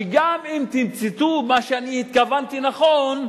שגם אם תמצתו את מה שהתכוונתי נכון,